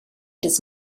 does